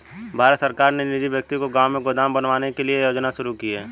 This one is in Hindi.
भारत सरकार ने निजी व्यक्ति को गांव में गोदाम बनवाने के लिए यह योजना शुरू की है